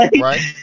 Right